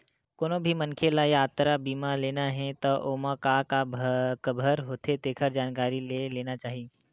कोनो भी मनखे ल यातरा बीमा लेना हे त ओमा का का कभर होथे तेखर जानकारी ले लेना चाही